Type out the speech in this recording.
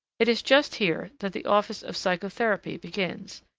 it is just here that the office of psychotherapy begins,